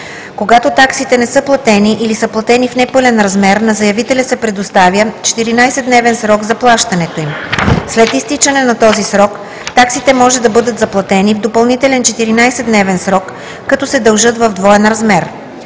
Когато таксите не са платени или са платени в непълен размер, на заявителя се предоставя 14-дневен срок за плащането им. След изтичане на този срок таксите може да бъдат заплатени в допълнителен 14-дневен срок, като се дължат в двоен размер.